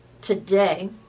today